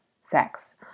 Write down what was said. sex